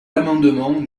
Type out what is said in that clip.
l’amendement